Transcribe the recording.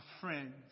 friends